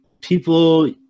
People